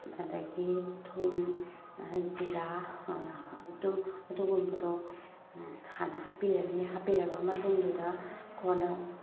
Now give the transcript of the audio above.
ꯑꯗꯒꯤ ꯊꯨꯝ ꯖꯤꯔꯥ ꯑꯗꯨꯝ ꯑꯗꯨꯒꯨꯝꯕꯗꯣ ꯍꯥꯟꯅ ꯍꯥꯞꯄꯤꯔꯅꯤ ꯍꯥꯞꯄꯤꯔꯕ ꯃꯇꯨꯡꯗꯨꯗ ꯀꯣꯟꯅ